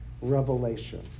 revelation